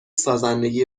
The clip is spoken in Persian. سازندگی